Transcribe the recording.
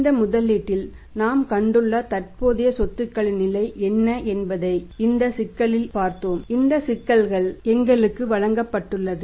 இந்த முதலீட்டில் நாம் கணக்கிட்டுள்ள தற்போதைய சொத்துகளின் நிலை என்ன என்பதை இந்த சிக்கலில் பார்த்தோம் இந்த சிக்கல்கள் எங்களுக்கு வழங்கப்பட்டுள்ளது